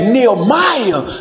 Nehemiah